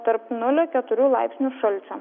tarp nulio keturių laipsnių šalčio